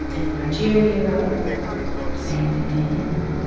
and nigeria and in